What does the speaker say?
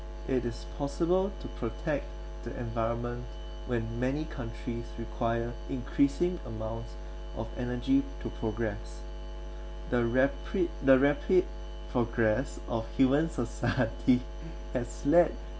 it is possible to protect the environment when many countries require increasing amounts of energy to progress the rapid the rapid progress of human society has led